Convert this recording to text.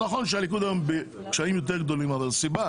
נכון שהליכוד היום בקשיים יותר גדולים אבל הסיבה